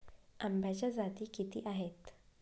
आंब्याच्या जाती किती आहेत?